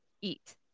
eat